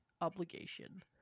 obligation